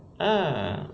ah